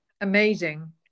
amazing